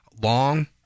long